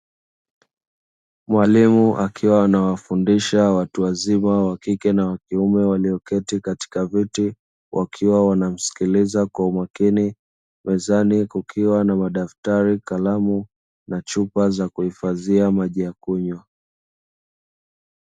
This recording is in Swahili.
Mwalimu akiwa anawafundisha watu wazima wa kike na wa kiume walioketi katika viti wakiwa wanamsikiliza kwa umakini mezani kukiwa na madaftari kalamu na chupa za kuhifadhia maji ya kunywa.